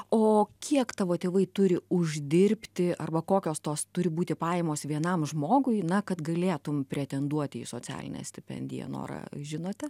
o kiek tavo tėvai turi uždirbti arba kokios tos turi būti pajamos vienam žmogui na kad galėtum pretenduoti į socialinę stipendiją nora žinote